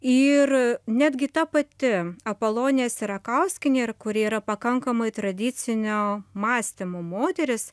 ir netgi ta pati apolonija sierakauskienė kuri yra pakankamai tradicinio mąstymo moteris